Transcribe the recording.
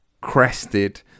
crested